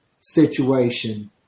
situation